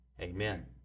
Amen